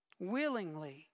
Willingly